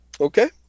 Okay